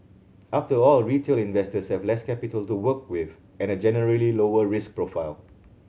after all retail investors have less capital to work with and a generally lower risk profile